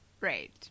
Right